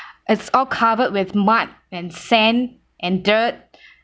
it's all covered with mud and sand and dirt